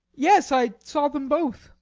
yes, i saw them both.